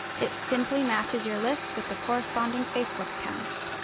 it simply matches your list with the corresponding facebook accounts.